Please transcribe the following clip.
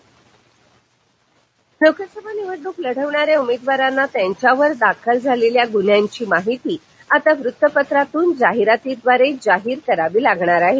उमेदवार गन्हे अमरावती लोकसभा निवडणूक लढवणाऱ्या उमेदवाराना त्यांच्यावर दाखल झालेल्या गुन्ख्यांची माहिती आता वृत्तपत्रातून जाहिरातीद्वारे जाहीर करावी लागणार आहे